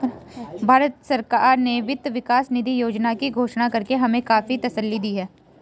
भारत सरकार ने वित्त विकास निधि योजना की घोषणा करके हमें काफी तसल्ली दी है